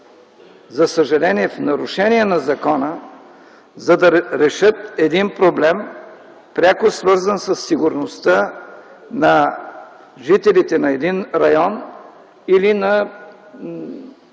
за съжаление, в нарушение на закона, за да решат един проблем, пряко свързан със сигурността на жителите на определен район или на